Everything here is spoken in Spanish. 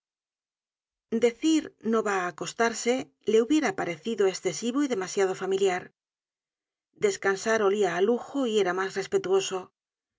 decir no va á acostarse le hubiera parecido escesivo y demasiado familiar descansar olía á lujo y era mas respetuoso